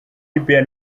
libya